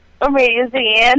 amazing